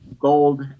gold